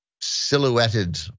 silhouetted